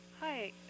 Hi